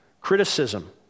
criticism